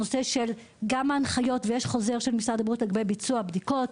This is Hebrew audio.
הנושא של ההנחיות ויש חוזר על גבי ביצוע בדיקות,